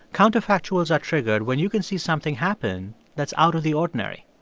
counterfactuals are triggered when you can see something happen that's out of the ordinary.